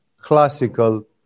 classical